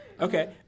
Okay